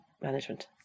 management